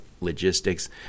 logistics